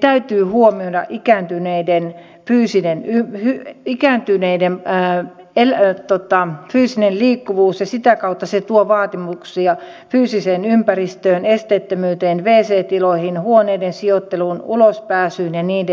täytyy huomioida ikääntyneiden fyysinen liikkuvuus ja sitä kautta se tuo vaatimuksia fyysiseen ympäristöön esteettömyyteen wc tiloihin huoneiden sijoitteluun ulos pääsyyn ja niin edelleen